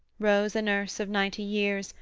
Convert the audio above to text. rose a nurse of ninety years,